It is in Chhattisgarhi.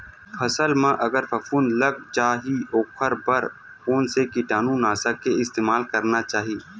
फसल म अगर फफूंद लग जा ही ओखर बर कोन से कीटानु नाशक के इस्तेमाल करना चाहि?